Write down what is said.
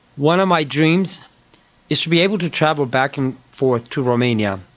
one of my dreams is to be able to travel back and forth to romania.